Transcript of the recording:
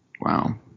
Wow